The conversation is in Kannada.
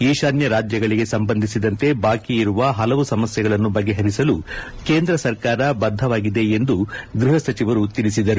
ಈಶಾನ್ಯ ರಾಜ್ಯಗಳಿಗೆ ಸಂಬಂಧಿಸಿದಂತೆ ಬಾಕಿ ಇರುವ ಹಲವು ಸಮಸ್ಯೆಗಳನ್ನು ಬಗೆಹರಿಸಲು ಕೇಂದ್ರ ಸರ್ಕಾರ ಬದ್ದವಾಗಿದೆ ಎಂದು ಗ್ಬಹ ಸಚಿವರು ತಿಳಿಸಿದರು